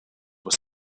were